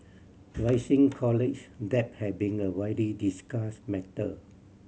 rising college debt has been a widely discussed matter